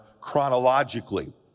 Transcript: chronologically